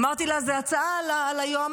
אמרתי לה שזו הצעה על היועמ"שית.